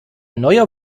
neuer